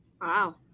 Wow